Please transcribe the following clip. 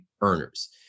earners